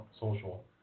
social